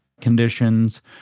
conditions